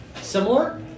similar